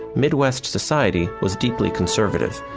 midwest society was deeply conservative.